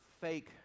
fake